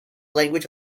language